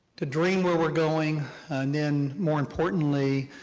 to dream where we're going and then more importantly,